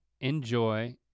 enjoy